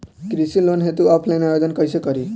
कृषि लोन हेतू ऑफलाइन आवेदन कइसे करि?